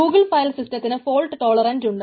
Google file സിസ്റ്റത്തിന് fault tolerant ഉണ്ട്